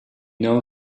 know